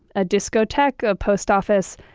a discotheque, a post office.